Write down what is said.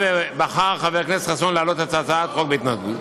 ומאחר שחבר הכנסת חסון בחר להעלות את הצעת החוק בהתנגדות,